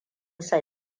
shi